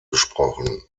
gesprochen